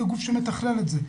כגוף שמתכלל את זה,